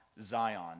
Zion